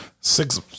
Six